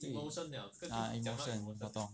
对 ah emotion 我懂